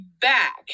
back